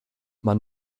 man